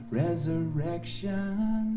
resurrection